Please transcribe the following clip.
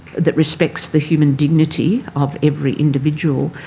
that respects the human dignity of every individual,